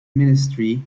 ministry